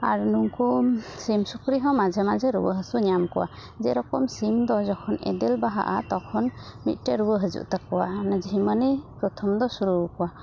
ᱟᱨ ᱱᱩᱝᱠᱩ ᱥᱤᱢ ᱥᱩᱠᱨᱤ ᱦᱚᱸ ᱢᱟᱡᱷᱮ ᱢᱟᱡᱷᱮ ᱨᱩᱣᱟᱹ ᱦᱟᱹᱥᱩ ᱧᱟᱢ ᱠᱚᱣᱟ ᱡᱮ ᱨᱚᱠᱚᱢ ᱥᱤᱢ ᱫᱚ ᱡᱚᱠᱷᱚᱱ ᱮᱫᱮᱞ ᱵᱟᱦᱟᱜᱼᱟ ᱛᱚᱠᱷᱚᱱ ᱢᱤᱫᱴᱮᱡ ᱨᱩᱣᱟᱹ ᱦᱤᱡᱩᱜ ᱛᱟᱠᱚᱣᱟ ᱚᱱᱮ ᱡᱷᱤᱢᱟᱱᱤ ᱯᱚᱨᱛᱷᱚᱢ ᱫᱚ ᱥᱩᱨᱩ ᱟᱠᱚᱣᱟ